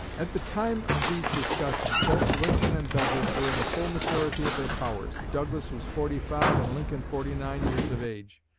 at the time of these discussions, both lincoln and douglas were in the full maturity of their powers. douglas was forty-five and lincoln forty-nine years of age.